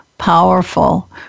powerful